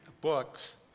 books